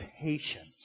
patience